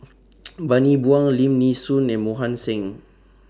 Bani Buang Lim Nee Soon and Mohan Singh